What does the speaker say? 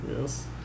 yes